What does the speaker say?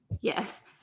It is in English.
Yes